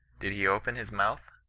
did he open his mouth